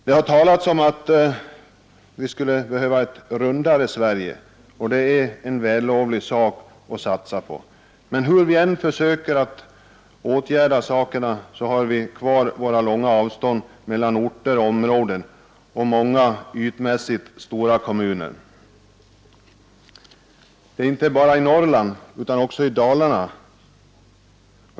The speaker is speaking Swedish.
Det har talats om att vi skulle behöva ett rundare Sverige, och det är en vällovlig sak att satsa på. Men hur vi än försöker att åtgärda problemen så har vi kvar våra långa avstånd och våra många ytmässigt stora kommuner. Detta gäller inte bara i Norrland utan också i Dalarna.